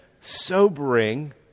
sobering